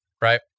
right